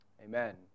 Amen